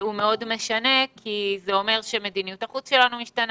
הוא מאוד משנה כי זה אומר שמדיניות החוץ שלנו משתנה,